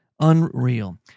Unreal